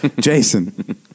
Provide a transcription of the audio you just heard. Jason